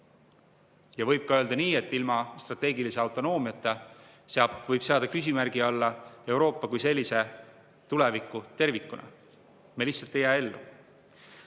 Ja võib ka öelda nii, et ilma strateegilise autonoomiata võib seada küsimärgi alla Euroopa kui sellise tuleviku tervikuna. Me lihtsalt ei jää ellu.